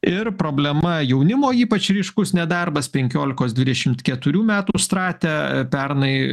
ir problema jaunimo ypač ryškus nedarbas penkiolikos dvidešimt keturių metų strate pernai